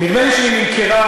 נדמה לי שהיא נמכרה,